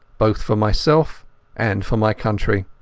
both for myself and for my country.